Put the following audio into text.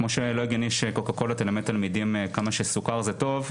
כמו שלא הגיוני שקוקה קולה תלמד תלמידים כמה שסוכר זה טוב,